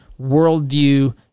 worldview